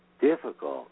difficult